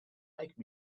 make